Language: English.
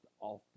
often